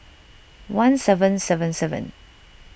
one seven seven seven